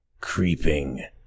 creeping